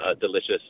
delicious